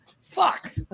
Fuck